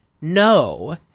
no